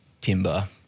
timber